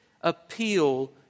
appeal